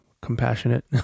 compassionate